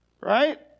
Right